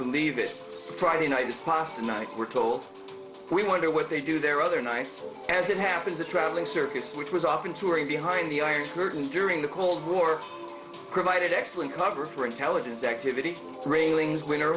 believe it friday night just last night we're told we wonder what they do there other nights as it happens a traveling circus which was often touring behind the iron curtain during the cold war provided excellent cover for intelligence activity railings linger